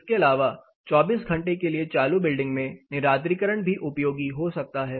इसके अलावा 24 घंटे के लिए चालू बिल्डिंग में निरार्द्रीकरण भी उपयोगी हो सकता है